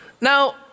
Now